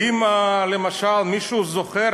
האם, למשל, מישהו זוכר